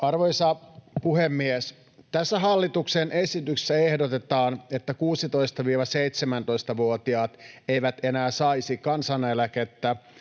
Arvoisa puhemies! Tässä hallituksen esityksessä ehdotetaan, että 16—17-vuotiaat eivät enää saisi kansaneläkettä,